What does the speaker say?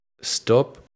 stop